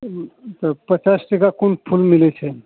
तऽ पचास टका कोन फूल मिलै छै